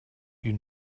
you